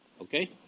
Okay